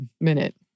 minute